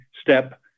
step